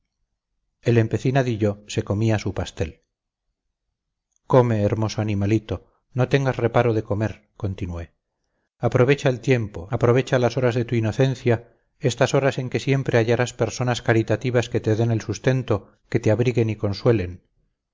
el empecinadillo se comía su pastel come hermoso animalito no tengas reparo de comer continué aprovecha el tiempo aprovecha las horas de tu inocencia estas horas en que siempre hallarás personas caritativas que te den el sustento que te abriguen y consuelen